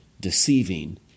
deceiving